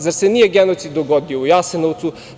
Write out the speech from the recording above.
Zar se nije genocid dogodio u Jasenovcu?